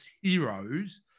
heroes